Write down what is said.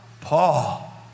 Paul